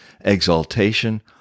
exaltation